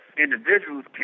individuals